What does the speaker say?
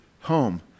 home